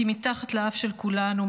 כי מתחת לאף של כולנו,